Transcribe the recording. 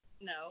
No